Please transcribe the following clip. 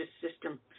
system